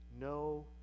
no